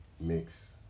mix